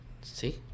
See